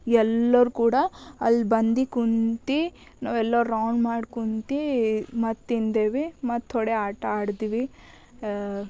ಎಲ್ಲರ್ ಕೂಡ ಅಲ್ಲಿ ಬಂದು ಕುಂತು ನಾವೆಲ್ಲ ರೌಂಡ್ ಮಾಡಿ ಕುಂತು ಮತ್ತು ತಿಂದೆವು ಮತ್ತು ಥೊಡೆ ಆಟಾಡಿದ್ವಿ